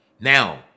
Now